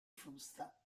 frusta